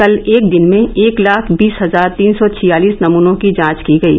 कल एक दिन में एक लाख बीस हजार तीन सौ छियालीस नमूनों की जांच की गयी